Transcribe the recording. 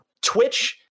Twitch